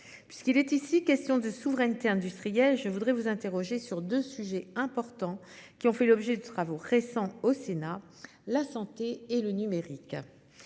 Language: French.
Puisqu'il est ici question de souveraineté industrielle. Je voudrais vous interroger sur 2 sujets importants qui ont fait l'objet de travaux récents au Sénat, la santé et le numérique.